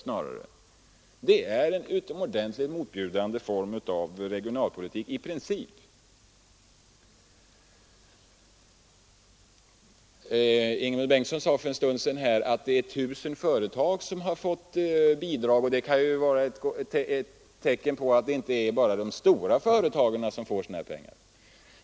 Det är i princip en motbjudande form av regionalpolitik. Ingemund Bengtsson sade för en stund sedan att 1 000 företag har fått bidrag, och det kan vara ett tecken på att inte bara de stora företagen får sådana pengar.